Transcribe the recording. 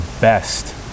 best